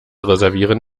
reservieren